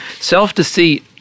Self-deceit